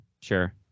Sure